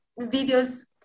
videos